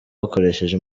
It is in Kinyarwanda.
bakoresheje